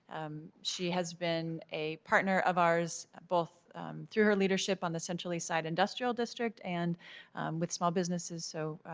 and um she has been a partner of ours both through her leadership on the central east side industrial district and with small business es. so